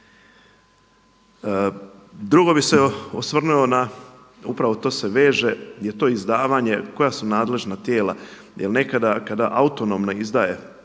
Drugo bih se osvrnuo na upravo to se veže je to izdavanje, koja su nadležna tijela? Jer nekada kada autonomno izdaje